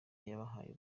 yabahaye